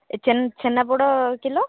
A chhena poda kilo